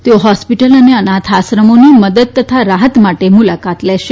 તેઓ હોસ્પિટલ અને અનાથાલયોની મદદતથા રાહત માટે મુલાકાત લેશે